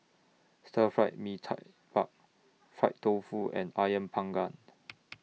Stir Fried Mee Tai Mak Far Fried Tofu and Ayam Panggang